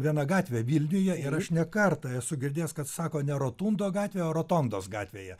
viena gatvė vilniuje ir aš ne kartą esu girdėjęs kad sako ne rotundo gatvėje rotondos gatvėje